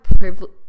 privilege